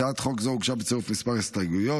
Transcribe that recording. הצעת חוק זו הוגשה בצירוף כמה הסתייגויות.